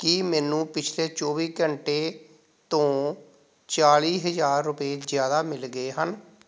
ਕੀ ਮੈਨੂੰ ਪਿਛਲੇ ਚੌਵੀ ਘੰਟੇ ਤੋਂ ਚਾਲ੍ਹੀ ਹਜ਼ਾਰ ਰੁਪਏ ਜ਼ਿਆਦਾ ਮਿਲ ਗਏ ਹਨ